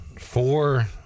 four